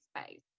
space